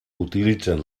utilitzen